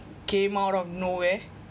came out of nowhere